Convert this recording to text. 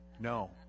No